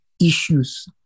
issues